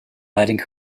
letting